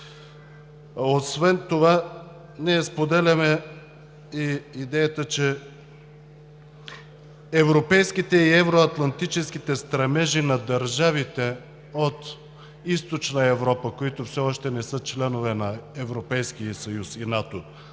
Освен това ние споделяме и идеята, че „европейските и евроатлантически стремежи“ на държавите от Източна Европа, които все още не са членове на Европейския съюз и НАТО,